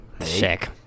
Sick